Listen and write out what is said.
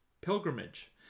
pilgrimage